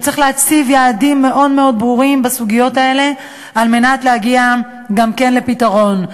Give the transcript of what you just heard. צריך להציב יעדים מאוד מאוד ברורים בסוגיות האלה כדי להגיע גם לפתרון.